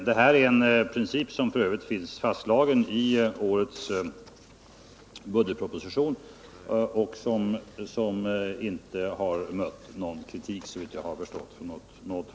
Detta är en princip som f. ö. finns fastslagen tidigare och som inte har mött kritik från något håll, såvitt jag har förstått.